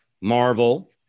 Marvel